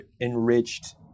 enriched